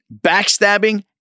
backstabbing